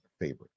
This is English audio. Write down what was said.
favorite